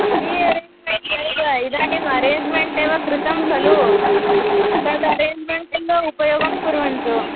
यदि अरेञ्ज्मेण्ट् नैव इदानीम् अरेञ्ज्मेण्ट् एव कृतं खलु तद् अरेञ्ज्मेण्ट् एव उपयोगं कुर्वन्तु